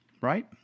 Right